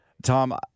Tom